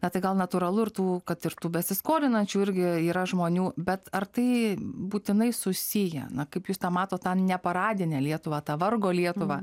na tai gal natūralu ir tų kad ir tų besiskolinančių irgi yra žmonių bet ar tai būtinai susiję na kaip jūs tą matot tą neparadinę lietuvą tą vargo lietuvą